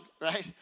right